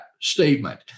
statement